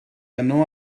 yno